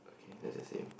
okay that's the same